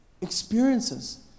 Experiences